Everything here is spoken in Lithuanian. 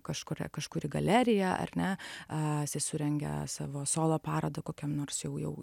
kažkuria kažkuri galerija ar ne a jisai surengia savo solo parodą kokiam nors jau jau